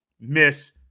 miss